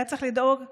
היה צריך לדאוג להביא,